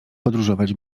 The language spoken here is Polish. podróżować